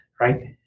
Right